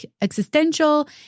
Existential